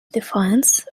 defiance